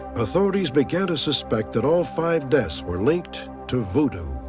authorities began to suspect that all five deaths were linked to voodoo.